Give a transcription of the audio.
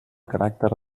caràcter